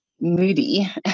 moody